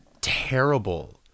terrible